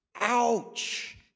ouch